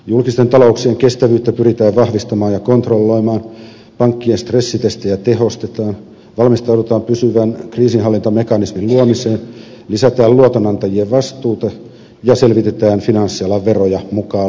julkisten talouksien kestävyyttä pyritään vahvistamaan ja kontrolloimaan pankkien stressitestejä tehostetaan valmistaudutaan pysyvän kriisinhallintamekanismin luomiseen lisätään luotonantajien vastuita ja selvitetään finanssialan veroja mukaan lukien transaktiovero